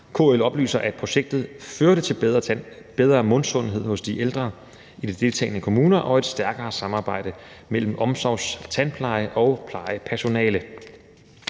KL oplyser, at projektet førte til bedre mundsundhed hos de ældre i de deltagende kommuner og et stærkere samarbejde mellem omsorgstandplejen og plejepersonalet.